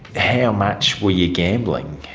how much were you gambling?